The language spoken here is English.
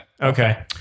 Okay